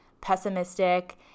pessimistic